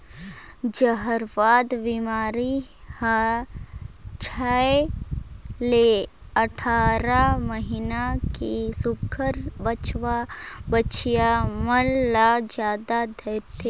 जहरबाद बेमारी हर छै ले अठारह महीना के सुग्घर बछवा बछिया मन ल जादा धरथे